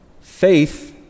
Faith